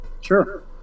Sure